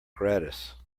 gratis